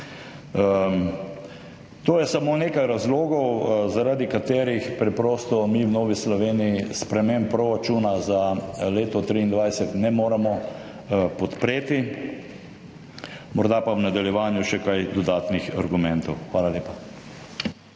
To je samo nekaj razlogov, zaradi katerih preprosto mi v Novi Sloveniji sprememb proračuna za leto 2023 ne moremo podpreti. Morda pa v nadaljevanju še kaj dodatnih argumentov. Hvala lepa.